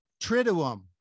Triduum